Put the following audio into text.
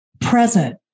present